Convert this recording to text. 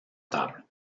table